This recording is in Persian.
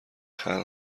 خلق